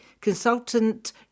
Consultant